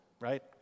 right